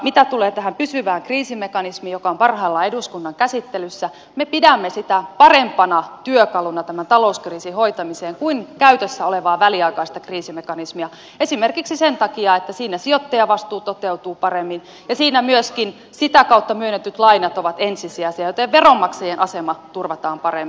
mitä tulee tähän pysyvään kriisimekanismiin joka on parhaillaan eduskunnan käsittelyssä me pidämme sitä parempana työkaluna tämän talouskriisin hoitamiseen kuin käytössä olevaa väliaikaista kriisimekanismia esimerkiksi sen takia että siinä sijoittajavastuu toteutuu paremmin ja siinä myöskin sitä kautta myönnetyt lainat ovat ensisijaisia joten veronmaksajien asema turvataan paremmin